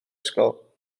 ysgol